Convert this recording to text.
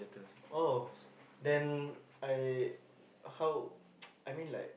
oh then I how I mean like